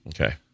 Okay